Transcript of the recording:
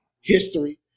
history